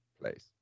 place